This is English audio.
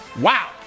Wow